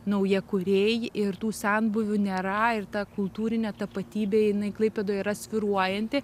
naujakuriai ir tų senbuvių nėra ir ta kultūrinė tapatybė jinai klaipėdoj yra svyruojanti